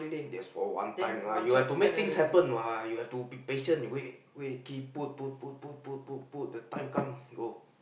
just for one time lah you have to make things happen what you have to be patient to wait wait keep put put put put put put put the time come go